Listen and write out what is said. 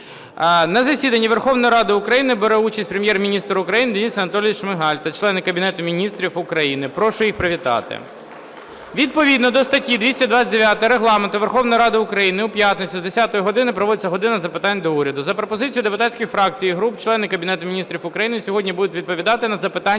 На засіданні Верховної Ради України бере участь Прем'єр-міністр України Денис Анатолійович Шмигаль та члени Кабінету Міністрів України. Прошу їх привітати. Відповідно до статті 229 Регламенту Верховної Ради України у п'ятницю з 10 години проводиться "година запитань до Уряду". За пропозицією депутатських фракцій і груп члени Кабінету Міністрів України сьогодні будуть відповідати на запитання